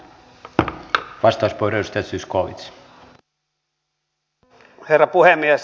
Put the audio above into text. arvoisa herra puhemies